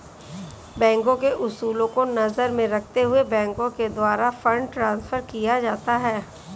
बैंकों के उसूलों को नजर में रखते हुए बैंकों के द्वारा फंड ट्रांस्फर किया जाता है